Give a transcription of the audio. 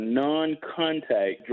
non-contact